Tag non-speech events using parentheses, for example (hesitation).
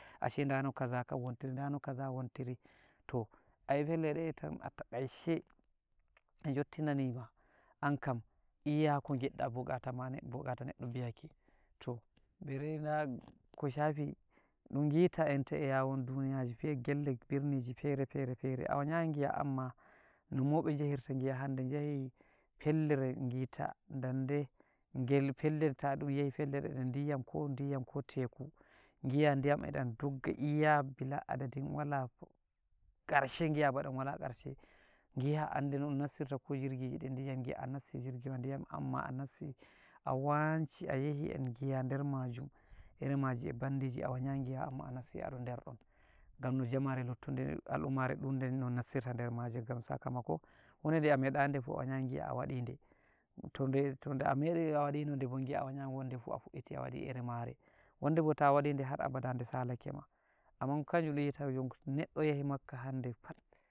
Ashe da no kaza kam wontiri dano kaza wontiri, to ai fellede kam ataikace de jottinanima ankam iya ko giɗɗa bukata ma ned- bukata neɗɗo beyake to bereda ko shafi ɗun gita enta e yawon duniyaji fe gelle birniji fere-fere-fere a wanyayi giya amma no mauɓe jahirta giya hande jahi fellere gita danɗe gel fellel ta ɗun yahi fellel diyam ko diyam ko teku, giya diyam e dam dogga iya bila-adadin wala (hesitation) karshe giya ba dan wala karshe giya ande ɗun nassirta ko jirgije de diyam giya a nassi jirgiwa diyam amma a nasti a wanshi a yahi giya der majum iri maji e bandiji a wanyayi giya amma a nassi a ɗon derɗon gam no jamare luttude al'ummare ɗunde no nassirta der maje gam sakamako hunde de a medayi de fu a wanyayi giya a wadide to de tode a medi a wadinode bo a wanya wonde fu a fuɗɗiti a waɗi iri mare wonde bo ta wadide har abada de salakema amman kanjum dun wita jon neɗɗo yahi makkah hande fat.